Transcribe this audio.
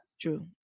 True